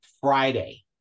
Friday